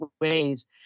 ways